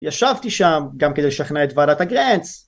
ישבתי שם גם כדי לשכנע את ועדת הגרנץ